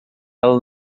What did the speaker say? ela